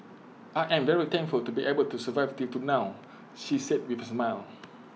I am very thankful to be able to survive till to now she said with A smile